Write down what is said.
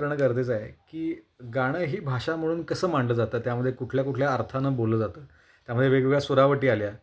गरजेचं आहे की गाणं ही भाषा म्हणून कसं मांडलं जातं त्यामध्ये कुठल्या कुठल्या अर्थानं बोललं जातं त्यामध्ये वेगवेगळ्या सुरावटी आल्या